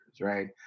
right